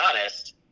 honest